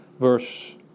verse